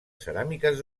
ceràmiques